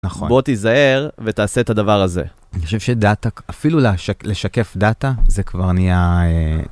נכון. בוא תיזהר ותעשה את הדבר הזה. אני חושב שדאטה, אפילו לשקף דאטה, זה כבר נהיה...